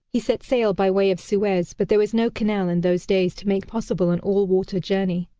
he set sail by way of suez, but there was no canal in those days to make possible an all-water journey.